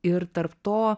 ir tarp to